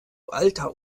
alter